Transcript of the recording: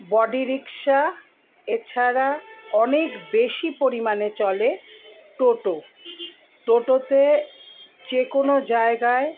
body rickshaw এছাড়া অনেক বেশি পরিমাণে চলে টোটো টোটোতে যে কোনো জায়গায়